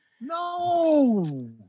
No